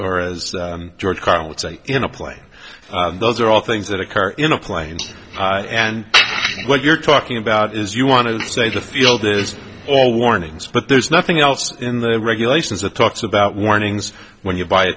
or as george carlin would say in a plane those are all things that occur in a plane and what you're talking about is you want to say the field is all warnings but there's nothing else in the regulations that talks about warnings when you buy a